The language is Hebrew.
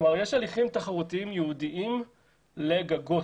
כלומר יש הליכים תחרותיים ייעודיים לגגות.